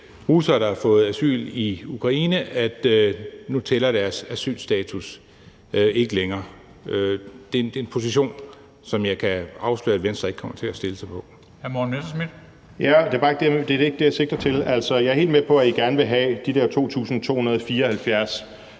russere, der har fået asyl i Ukraine, at nu tæller deres asylstatus ikke længere. Det er en position, som jeg kan afsløre at Venstre ikke kommer til at stille sig på. Kl. 13:55 Formanden (Henrik Dam Kristensen): Hr. Morten Messerschmidt.